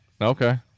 Okay